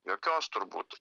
jokios turbūt